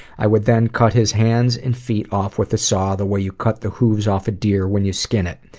i would then cut his hands and feet off with a saw, the way you cut the hooves off a deer when you skin it.